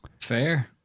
Fair